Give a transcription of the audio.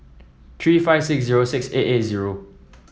three five six zero six eight eight zero